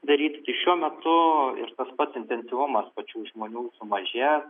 daryti tai šiuo metu ir tas pats intensyvumas pačių žmonių sumažėjo